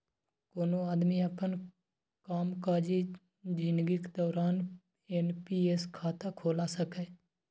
कोनो आदमी अपन कामकाजी जिनगीक दौरान एन.पी.एस खाता खोला सकैए